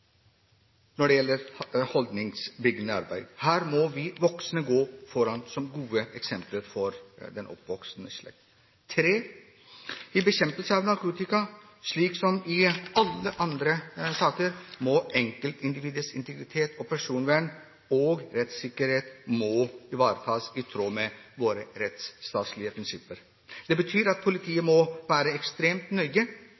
voksne gå foran som gode eksempler for den oppvoksende slekt. For det tredje: I bekjempelse av narkotika, slik som i alle andre saker, må enkeltindividets integritet, personvern og rettssikkerhet ivaretas, i tråd med våre rettsstatlige prinsipper. Det betyr at